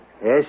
Yes